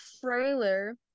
trailer